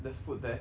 there's food there